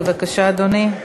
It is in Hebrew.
בבקשה, אדוני.